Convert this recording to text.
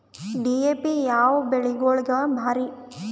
DAP ಯಾವ ಬೆಳಿಗೊಳಿಗ ಭಾರಿ?